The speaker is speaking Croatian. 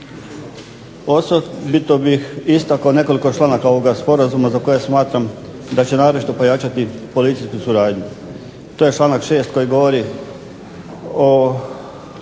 Osobito bih istakao nekoliko članaka ovoga sporazuma za koje smatram da će naročito pojačati policijsku suradnju. To je članak 6. koji govori o